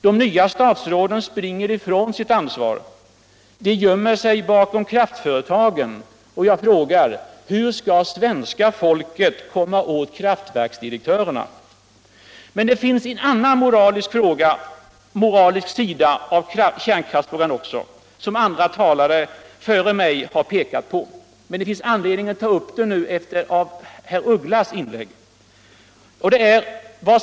De nya statsråden springer ifrån sitt ansvar. De gömmer sig bakom kraftföretagen. Jag frågar: Hur skall svenska folket komma åt kraftverksdirektörerna? Det finns också en annan moralisk sida av kärnkraftsfrågan, som andra talare före mig har pekat på. Men det finns anledning att ta upp den efter herr af Ugglas inlägg.